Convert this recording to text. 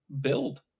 build